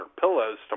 pillows